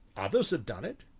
others have done it,